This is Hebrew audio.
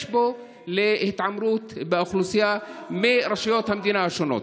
בו להתעמרות באוכלוסייה מרשויות המדינה השונות.